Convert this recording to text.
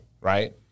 right